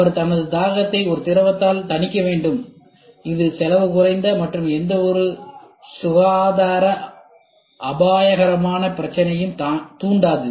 அவர் தனது தாகத்தை ஒரு திரவத்தால் தணிக்க வேண்டும் இது செலவு குறைந்த மற்றும் எந்தவொரு சுகாதார அபாயகரமான பிரச்சினையையும் தூண்டாது